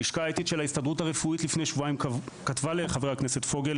הלשכה האתית של ההסתדרות הרפואית כתבה לחבר הכנסת פוגל,